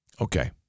okay